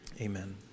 amen